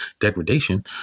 degradation